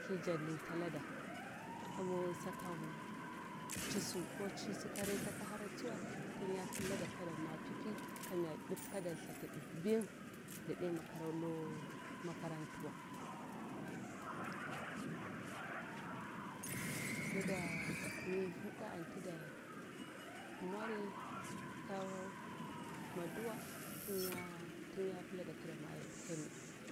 Ki jannutalada min sakan cisu ko ncisu ka reta ki hara tsowa tinya pillaɗa kadamo pipi kamya ɗipi kada thati mbing daɗe makara olo makarantuwa mida mivu da anti da mori ka maduwa tinya tinya pillada kasa mo heni